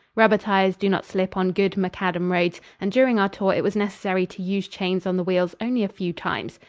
rubber tires do not slip on good macadam roads and during our tour it was necessary to use chains on the wheels only a few times.